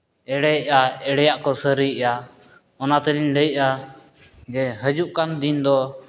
ᱮᱲᱮᱭᱟᱜ ᱠᱚ ᱥᱟᱹᱨᱤᱭᱟᱜ ᱚᱱᱟ ᱛᱮᱞᱤᱧ ᱞᱟᱹᱭᱮᱜᱼᱟ ᱡᱮ ᱦᱤᱡᱩᱜ ᱠᱟᱱ ᱫᱤᱱ ᱫᱚ